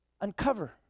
Uncover